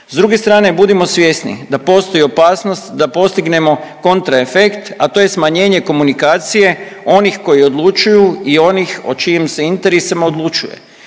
S druge strane budimo svjesni da postoji opasnost da postignemo kontra efekt, a to je smanjenje komunikacije onih koji odlučuju i onih o čijim se interesima odlučuje.